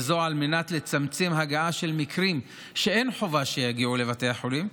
על מנת לצמצם הגעה של מקרים שאין חובה שיגיעו לבתי החולים,